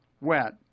wet